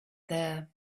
there